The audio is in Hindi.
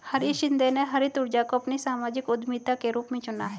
हरीश शिंदे ने हरित ऊर्जा को अपनी सामाजिक उद्यमिता के रूप में चुना है